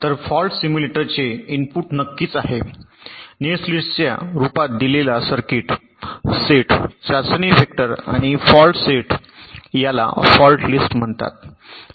तर फॉल्ट सिम्युलेटरचे इनपुट नक्कीच आहे नेटलिस्टच्या रूपात दिलेला सर्किट सेट चाचणी व्हेक्टर आणि फॉल्टचा सेट याला फाल्ट लिस्ट म्हणतात